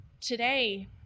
today